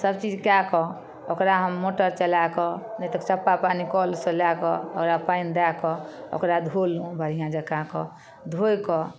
सब चीज कएकऽ ओकरा हम मोटर चलाकऽ नहि तऽ चापा पानि कलसँ लए कऽ ओकरा पानि दएकऽ ओकरा धोलहुँ बढ़िआँ जकाँ कऽ धोकऽ